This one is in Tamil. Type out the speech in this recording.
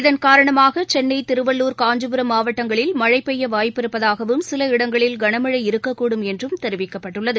இதன்காரணமாக சென்னை காஞ்சிபுரம் மாவட்டங்களில் திருவள்ளுர் மழைபெய்யவாய்ப்பிருப்பதாகவும் சில இடங்களில் கனமழை இருக்கக்கூடும் என்றம் தெரிவிக்கப்பட்டுள்ளது